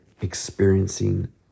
experiencing